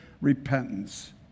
repentance